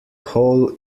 hole